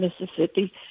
Mississippi